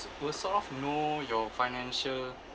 first off know your financial